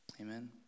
Amen